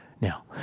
Now